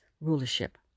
rulership